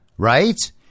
right